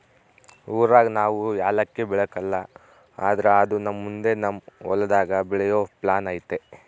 ಊರಾಗ ನಾವು ಯಾಲಕ್ಕಿ ಬೆಳೆಕಲ್ಲ ಆದ್ರ ಅದುನ್ನ ಮುಂದೆ ನಮ್ ಹೊಲದಾಗ ಬೆಳೆಯೋ ಪ್ಲಾನ್ ಐತೆ